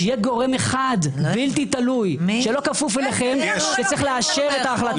שיהיה גורם אחד בלתי תלוי שלא כפוף אליכם שצריך לאשר את ההחלטה.